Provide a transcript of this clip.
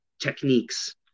techniques